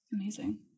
Amazing